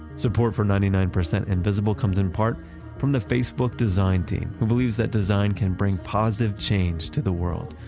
support for ninety nine percent invisible comes in part from the facebook design team, who believes that design can bring positive change to the world.